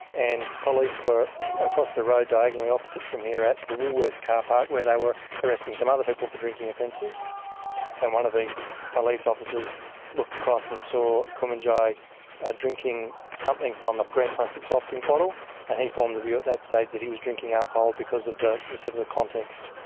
and police were across the road diagonally opposite from here at the woolworths car park where they were arresting some other people for drinking offences and one of the police officers looked across and saw kumanjayi drinking something from a green plastic soft drink bottle and he formed the view at that stage that he was drinking alcohol because of the the sort of context.